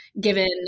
given